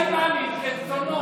35 אימאמים, כרצונו.